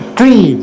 Three